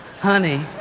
honey